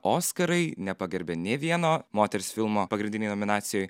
oskarai nepagerbė nė vieno moters filmo pagrindinėj nominacijoj